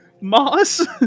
moss